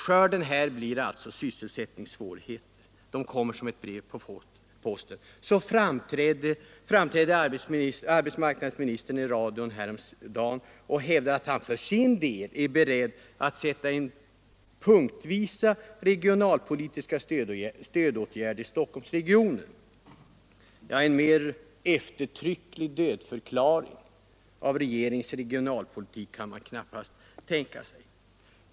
Skörden blev sysselsättningssvårigheter i Stockholmsregionen. Häromdagen framträdde arbetsmarknadsministern i radion och hävdade att han för sin del är beredd att sätta in punktvisa regionalpolitiska stödåtgärder i'Stockholmsregionen. En mer eftertrycklig dödförklaring av regeringens regionalpolitik kan man knappast tänka sig.